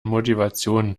motivation